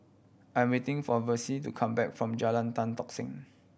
I am waiting for Versie to come back from Jalan Tan Tock Seng